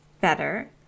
better